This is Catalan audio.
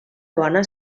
bona